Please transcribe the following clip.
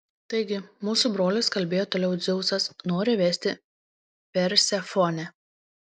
taigi mūsų brolis kalbėjo toliau dzeusas nori vesti persefonę